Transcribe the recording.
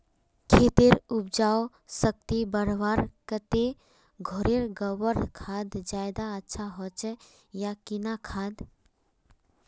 खेतेर उपजाऊ शक्ति बढ़वार केते घोरेर गबर खाद ज्यादा अच्छा होचे या किना खाद?